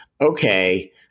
Okay